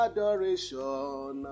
Adoration